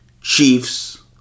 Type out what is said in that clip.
Chiefs